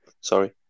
Sorry